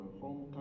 home